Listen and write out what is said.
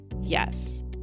Yes